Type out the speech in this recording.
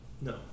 No